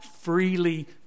freely